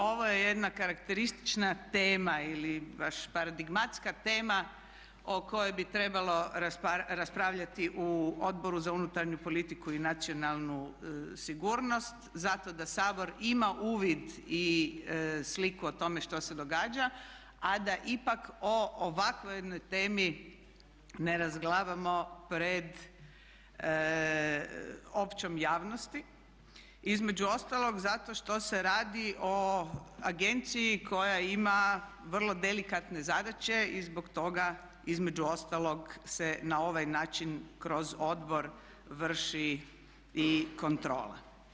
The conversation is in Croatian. Ovo je jedna karakteristična tema ili baš paradigmatska tema o kojoj bi trebalo raspravljati u Odboru za unutarnju politiku i nacionalnu sigurnost zato da Sabor ima uvid i sliku o tome što se događa, a da ipak o ovakvoj jednoj temi ne razglabamo pred općom javnosti, između ostalog zato što se radi o agenciji koja ima vrlo delikatne zadaće i zbog toga između ostalog se na ovaj način kroz odbor vrši i kontrola.